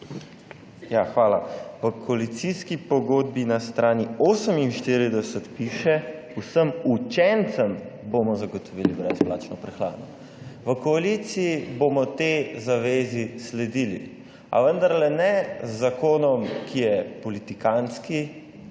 hvala. V koalicijski pogodbi na strani 48 piše: »Vsem učencem bomo zagotovili brezplačno prehrano«. V koaliciji bomo tej zavezi sledili, a vendarle ne z zakonom, ki je politikantski